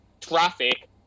traffic